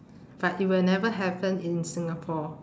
but it will never happen in singapore